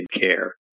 care